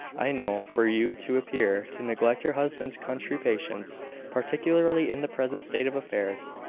i know, for you to appear to neglect your husband's country patients particularly in the present state of affairs.